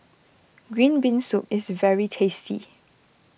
Green Bean Soup is very tasty